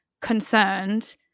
concerned